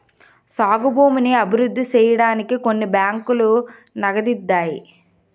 సాగు భూమిని అభివృద్ధి సేయడానికి కొన్ని బ్యాంకులు నగదిత్తాయి